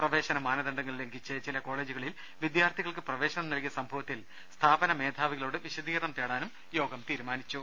പ്രവേശന മാനദണ്ഡങ്ങൾ ലംഘിച്ച് ചില കോളേജുകളിൽ വിദ്യാർത്ഥികൾക്ക് പ്രവേശനം നൽകിയ സംഭവത്തിൽ സ്ഥാപനമേധാവികളോട് വിശദീകരണം ചോദിക്കാനും യോഗം തീരുമാനിച്ചു